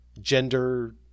gender